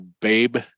babe